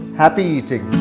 happy eating!